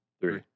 three